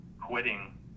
quitting